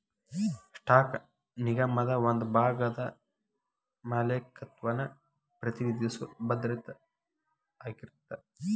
stock ನಿಗಮದ ಒಂದ ಭಾಗದ ಮಾಲೇಕತ್ವನ ಪ್ರತಿನಿಧಿಸೊ ಭದ್ರತೆ ಆಗಿರತ್ತ